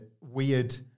weird